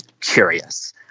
curious